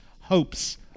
hopes